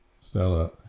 Stella